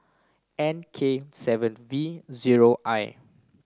N K seven V zero I